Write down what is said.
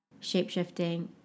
shapeshifting